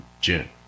June